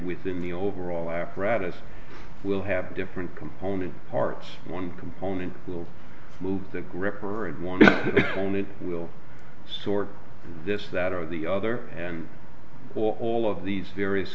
within the overall apparatus will have different component parts one component will move the gripper and one will sort this that or the other and or all of these various